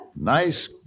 Nice